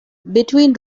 between